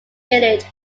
village